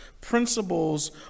principles